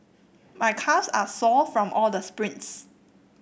my calves are sore from all the sprints